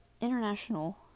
international